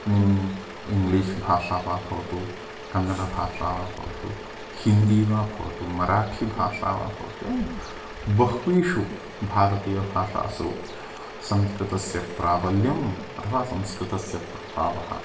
English भाषा वा भवतु कन्नडभाषा वा भवतु हिन्दी वा भवतु मराठिभाषा वा भवतु एवं बहुषु भारतीयभाषासु संस्कृतस्य प्राबल्यम् अथवा संस्कृतस्य प्रभावः